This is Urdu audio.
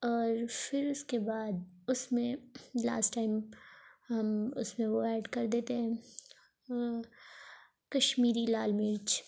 اور پھر اس کے بعد اس میں لاسٹ ٹائم ہم اس میں وہ ایڈ کردیتے ہیں کشمیری لال مرچ